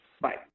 Bye